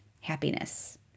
happiness